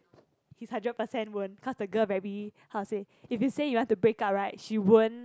he's hundred percent won't cause the girl very how to say if you say you want to break up she won't